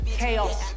chaos